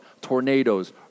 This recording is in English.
tornadoes